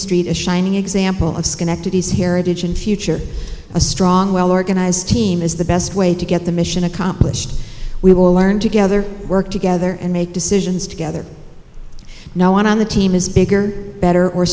street a shining example of schenectady so heritage and future a strong well organized team is the best way to get the mission accomplished we will learn together work together and make decisions together no one on the team is bigger better or